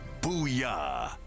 Booyah